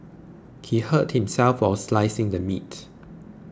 he hurt himself while slicing the meat